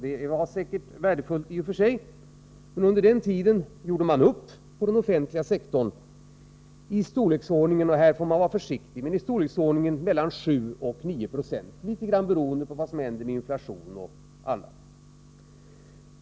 Det var säkert värdefullt i och för sig. Men under den tiden gjorde man upp på den offentliga sektorn. Löneökningarna var — här får man emellertid vara försiktig — i storleksordningen 7-9 96, litet grand beroende på vad som händer med inflationen och annat.